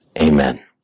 amen